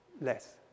less